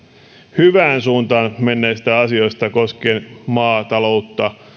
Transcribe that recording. hyvään suuntaan menneistä asioista koskien maataloutta